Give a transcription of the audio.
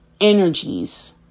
energies